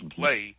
play